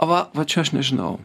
a va va čia aš nežinau